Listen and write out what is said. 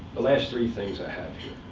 the last three things i have here